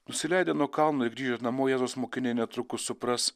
nusileidę nuo kalno ir grįžę namo jėzaus mokiniai netrukus supras